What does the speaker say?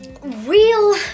real